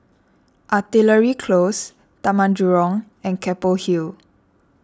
Artillery Close Taman Jurong and Keppel Hill